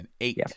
Eight